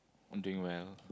doing well